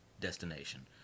destination